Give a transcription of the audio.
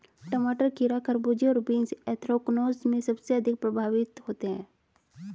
टमाटर, खीरा, खरबूजे और बीन्स एंथ्रेक्नोज से सबसे अधिक प्रभावित होते है